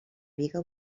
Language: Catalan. biga